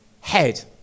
head